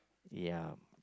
ya